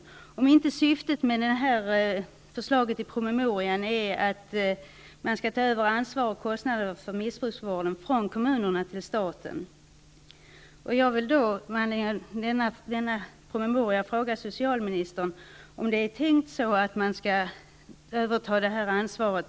Det finns kanske ingen möjlighet om inte syftet med förslaget i promemorian är att staten skall ta över ansvaret för kosnaderna för missbruksvården från kommunerna. Med anledning av promemorian vill jag fråga socialministern om det är meningen att staten skall ta över det här ansvaret.